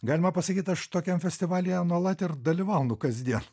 galima pasakyt aš tokiam festivalyje nuolat ir dalyvaunu kasdien